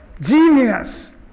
genius